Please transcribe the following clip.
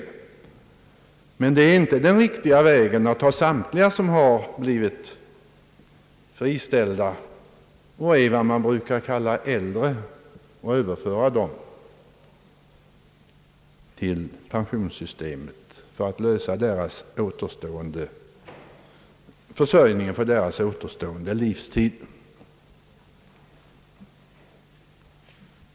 Det är emellertid inte den rätta vägen att överföra samtliga som har blivit friställda och som man brukar kalla för äldre arbetskraft till pensionssystemet för att lösa deras försörjning för återstående livstid.